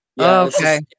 Okay